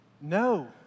No